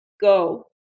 go